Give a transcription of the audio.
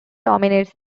dominates